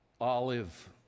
olive